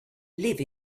live